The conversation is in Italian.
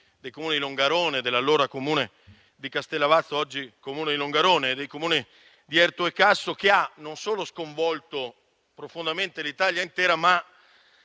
dei Comuni di Longarone, dell'allora comune di Castellavazzo (oggi Comune di Longarone) e dei Comuni di Erto e Casso. Tale tragedia ha sconvolto profondamente non solo l'Italia intera, ma